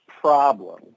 problem